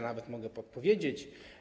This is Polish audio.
Nawet mogę podpowiedzieć.